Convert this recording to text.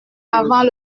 avant